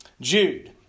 Jude